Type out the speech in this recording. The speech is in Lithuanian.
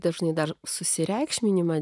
dažnai dar susireikšminimą